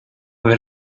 aver